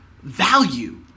value